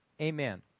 Amen